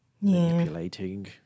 manipulating